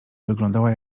wyglądała